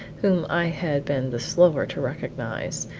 whom i had been the slower to recognize,